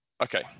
Okay